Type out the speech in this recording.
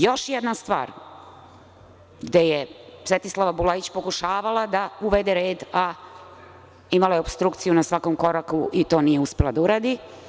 Još jedna stvar gde je Svetislava Bulajić pokušavala da uvede red, a imala je opstrukciju na svakom koraku, i to nije uspela da uradi.